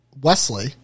Wesley